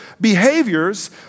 behaviors